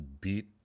beat